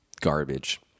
garbage